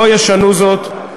לא ישנו זאת.